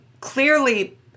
clearly